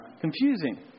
confusing